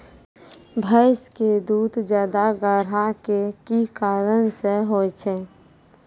भैंस के दूध ज्यादा गाढ़ा के कि कारण से होय छै?